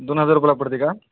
दोन हजार रुपयाला पडते का